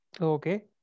Okay